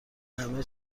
همه